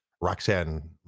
Roxanne